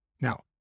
Now